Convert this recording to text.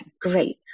Great